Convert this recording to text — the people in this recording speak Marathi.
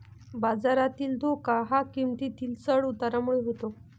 बाजारातील धोका हा किंमतीतील चढ उतारामुळे होतो